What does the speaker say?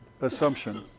assumption